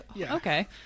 Okay